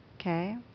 okay